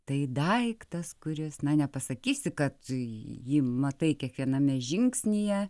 tai daiktas kuris na nepasakysi kad jį matai kiekviename žingsnyje